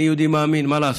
אני יהודי מאמין, מה לעשות,